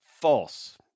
False